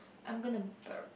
I'm gonna burp